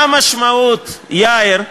מה המשמעות, יאיר,